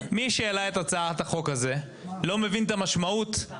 מי שהעלה את הצעת החוק הזה לא מבין את המשמעות של